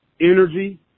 energy